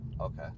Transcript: Okay